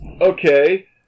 okay